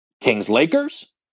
Kings-Lakers